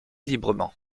librement